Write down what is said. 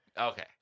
Okay